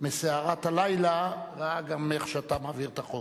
מסערת הלילה ראה איך אתה מעביר את החוק.